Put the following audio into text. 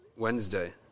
Wednesday